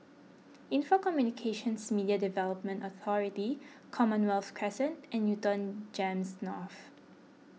Info Communications Media Development Authority Commonwealth Crescent and Newton Gems North